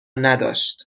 نداشت